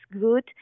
good